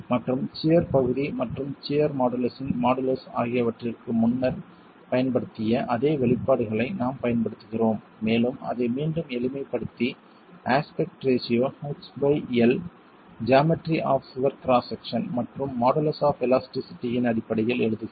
மற்றும் சியர் பகுதி மற்றும் சியர் மாடுலஸின் மாடுலஸ் ஆகியவற்றிற்கு முன்னர் பயன்படுத்திய அதே வெளிப்பாடுகளை நாம் பயன்படுத்துகிறோம் மேலும் அதை மீண்டும் எளிமைப்படுத்தி aspect ratio h by L geometry of சுவர் கிராஸ் செக்சன் மற்றும் மாடுலஸ் ஆப் எலாஸ்டிஸிட்டி இன் அடிப்படையில் எழுதுகிறோம்